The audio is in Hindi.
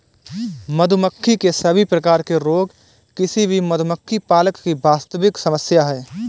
मधुमक्खी के सभी प्रकार के रोग किसी भी मधुमक्खी पालक की वास्तविक समस्या है